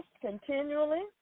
continually